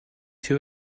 too